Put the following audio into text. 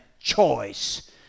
choice